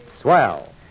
swell